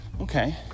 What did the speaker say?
okay